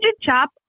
chop